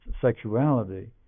sexuality